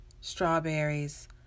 strawberries